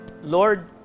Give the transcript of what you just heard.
lord